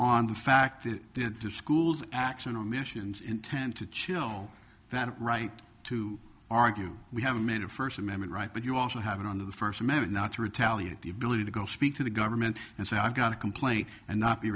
on the fact that they had to schools action on missions intent to chill that right to argue we haven't made a first amendment right but you also have it under the first amendment not to retaliate the ability to go speak to the government and say i've got a complaint and not be